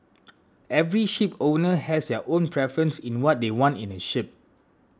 every shipowner has their own preference in what they want in a ship